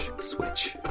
switch